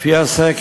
לפי הסקר,